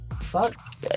fuck